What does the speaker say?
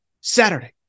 Saturday